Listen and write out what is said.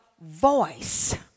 voice